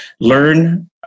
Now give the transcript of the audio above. Learn